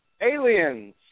aliens